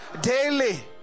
daily